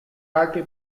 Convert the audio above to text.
altri